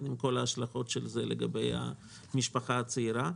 עם כל ההשלכות של זה לגבי המשפחה הצעירה.